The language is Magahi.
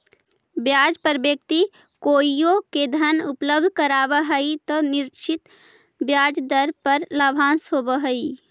ब्याज पर व्यक्ति कोइओ के धन उपलब्ध करावऽ हई त निश्चित ब्याज दर पर लाभांश होवऽ हई